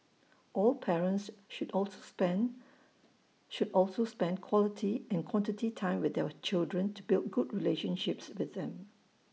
all parents should also spend should also spend quality and quantity time with their children to build good relationships with them